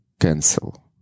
cancel